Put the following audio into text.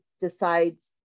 decides